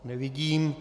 Nevidím.